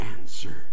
answer